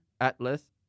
Atlas